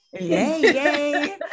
yay